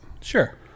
sure